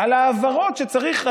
על העברות שצריך,